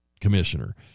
commissioner